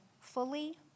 fully